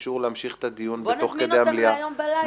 נבקש אישור להמשיך תוך כדי המליאה -- בוא נזמין להיום בלילה.